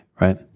right